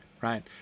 Right